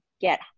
get